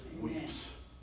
weeps